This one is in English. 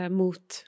mot